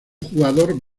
jugador